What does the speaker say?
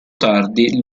tardi